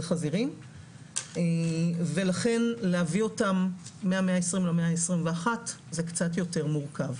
חזירים ולכן להביא אותם מהמאה ה-20 למאה ה-21 זה קצת יותר מורכב.